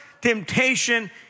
temptation